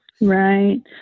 Right